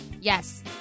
Yes